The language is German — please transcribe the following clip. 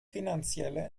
finanzielle